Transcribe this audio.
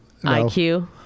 IQ